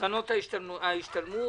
שזה כאמור ייעודי להתמודדות עם משבר הקורונה.